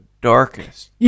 darkest